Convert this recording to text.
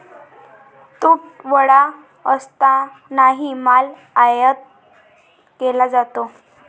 तुटवडा असतानाही माल आयात केला जातो